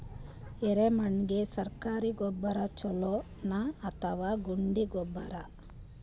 ಎರೆಮಣ್ ಗೆ ಸರ್ಕಾರಿ ಗೊಬ್ಬರ ಛೂಲೊ ನಾ ಅಥವಾ ಗುಂಡಿ ಗೊಬ್ಬರ?